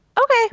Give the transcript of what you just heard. Okay